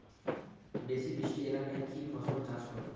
বেশি বৃষ্টি এলাকায় কি ফসল চাষ করব?